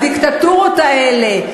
הדיקטטורות האלה,